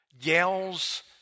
yells